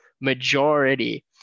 majority